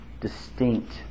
distinct